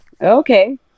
okay